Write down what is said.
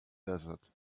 desert